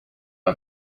not